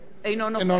אברהם דיכטר,